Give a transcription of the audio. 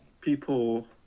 people